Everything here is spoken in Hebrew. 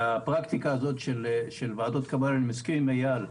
הפרקטיקה הזאת של ועדות קבלה אני מסכים עם איל,